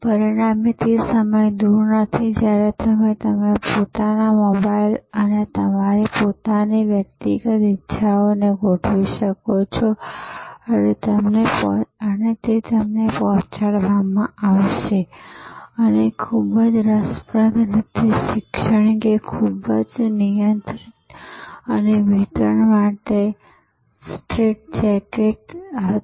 પરિણામે તે સમય દૂર નથી જ્યારે તમે તમારા પોતાના મોબાઇલ અને તમારી પોતાની વ્યક્તિગત ઇચ્છાઓને ગોઠવી શકો છો અને તે તમને પહોંચાડવામાં આવશે અને ખૂબ જ રસપ્રદ રીતે શિક્ષણ કે જે ખૂબ જ નિયંત્રિત અને વિતરણ માટે સ્ટ્રેટજેકેટ હતું